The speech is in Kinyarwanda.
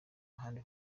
ahandi